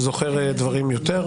זוכרים דברים יותר,